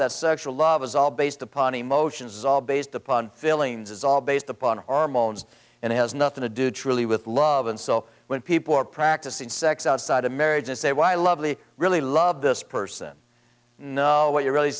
that sexual love is all based upon emotions all based upon fillings it's all based upon hormones and has nothing to do truly with love and so when people are practicing sex outside of marriage and say why lovely really love this person no what you're really